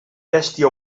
bèstia